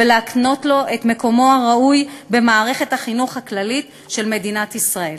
ולהקנות לו את מקומו הראוי במערכת החינוך הכללית של מדינת ישראל.